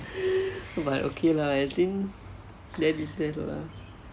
but okay lah I think